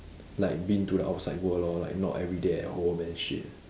like been to the outside world lor like not everyday at home and shit